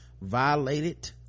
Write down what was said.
violated